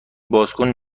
بازکن